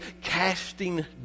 casting